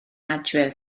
adref